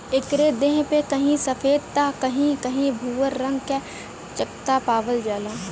एकरे देह पे कहीं सफ़ेद त कहीं भूअर भूअर रंग क चकत्ता पावल जाला